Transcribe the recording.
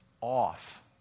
off